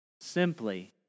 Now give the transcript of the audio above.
simply